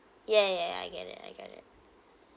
ya ya I get it I get it